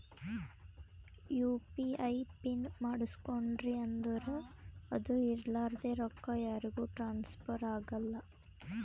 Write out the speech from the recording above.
you P I pin ಮಾಡುಸ್ಕೊಂಡ್ರಿ ಅಂದುರ್ ಅದು ಇರ್ಲಾರ್ದೆ ರೊಕ್ಕಾ ಯಾರಿಗೂ ಟ್ರಾನ್ಸ್ಫರ್ ಆಗಲ್ಲಾ